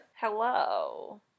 Hello